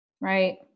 right